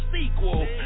sequel